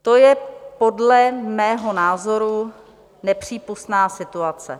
To je podle mého názoru nepřípustná situace.